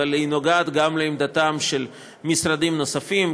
אלא היא נוגעת גם לעמדתם של משרדים נוספים,